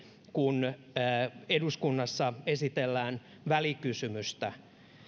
kun eduskunnassa esitellään välikysymystä